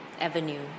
avenue